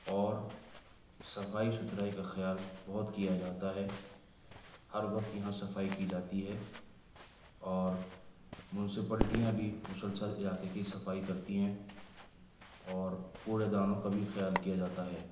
اور صفائی ستھرائی کا خیال بہت کیا جاتا ہے ہر وقت یہاں صفائی کی جاتی ہے اور منسیپلٹیاں بھی مسلسل علاقے کی صفائی کرتی ہیں اور کوڑے دانوں کا بھی خیال کیا جاتا ہے